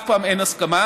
אף פעם אין הסכמה.